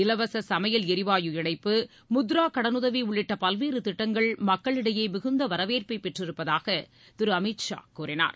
இலவச சனமயல் எரிவாயு இணைப்பு முத்ரா கடனுதவி உள்ளிட்ட பல்வேறு திட்டங்கள் மக்களிடையே மிகுந்த வரவேற்பை பெற்றிருப்பதாக திரு அமித் ஷா கூறினார்